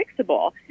fixable